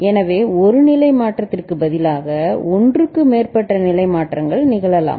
எனவே ஒரு நிலை மாற்றத்திற்குப் பதிலாக ஒன்றுக்கு மேற்பட்ட நிலை மாற்றங்கள் நிகழலாம்